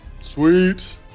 Sweet